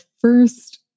first